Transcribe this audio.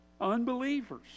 unbelievers